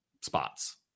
spots